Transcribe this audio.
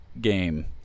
game